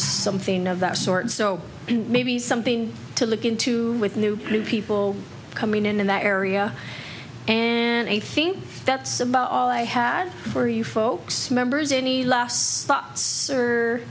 something of that sort so maybe something to look into with new people coming in in that area and i think that's about all i have for you folks members